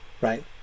right